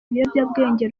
ibiyobyabwenge